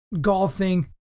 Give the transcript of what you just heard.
golfing